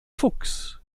fuchs